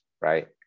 Right